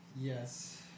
yes